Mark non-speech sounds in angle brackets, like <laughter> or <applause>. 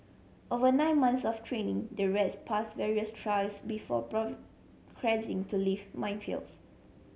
over nine months of training the rats pass various trials before <unintelligible> to live minefields